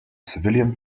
civilian